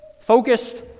focused